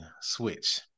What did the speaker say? switch